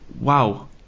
wow